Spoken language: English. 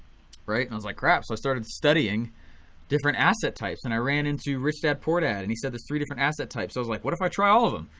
and was like crap, so i started studying different asset types and i ran into rich dad poor dad and he said there's three different asset types. i was like what if i try all of them.